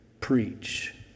Preach